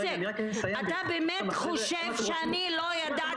איציק, אתה באמת חושב שלא ידעתי את זה?